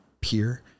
peer